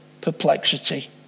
perplexity